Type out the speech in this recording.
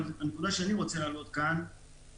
אבל הנקודה שאני רוצה להעלות כאן היא